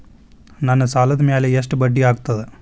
ನನ್ನ ಸಾಲದ್ ಮ್ಯಾಲೆ ಎಷ್ಟ ಬಡ್ಡಿ ಆಗ್ತದ?